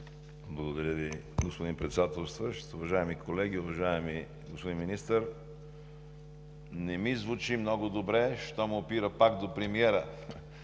Благодаря Ви, господин Председател. Уважаеми колеги! Уважаеми господин Министър, не ми звучи много добре щом опира пак до премиера.